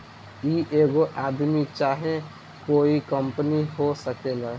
ई एगो आदमी चाहे कोइ कंपनी हो सकेला